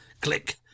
click